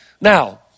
Now